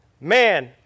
man